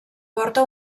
porta